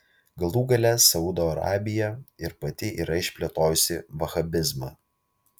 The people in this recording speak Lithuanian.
galų gale saudo arabija ir pati yra išplėtojusi vahabizmą